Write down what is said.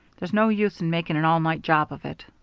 there's no use in making an all-night job of it.